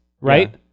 Right